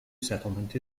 settlement